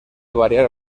variar